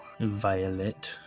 Violet